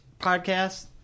podcast